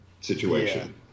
situation